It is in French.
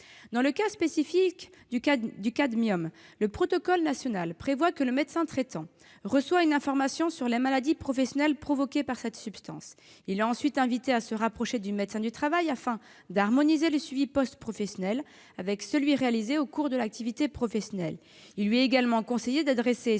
Dans le cas spécifique du cadmium, le protocole national prévoit que le médecin traitant reçoit une information sur les maladies professionnelles provoquées par cette substance. Il est ensuite invité à se rapprocher du médecin du travail afin d'harmoniser le suivi post-professionnel avec celui qui a été réalisé au cours de l'activité professionnelle. Il lui est également conseillé d'adresser